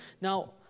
Now